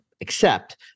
accept